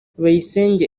bayisenge